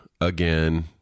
again